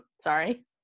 sorry